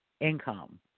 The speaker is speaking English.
income